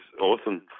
awesome